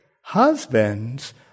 Husbands